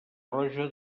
roja